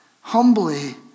humbly